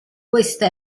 questa